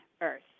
earth